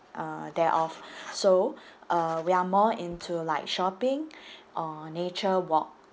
uh there of so uh we are more into like shopping or nature walk